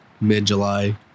mid-July